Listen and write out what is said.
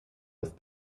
with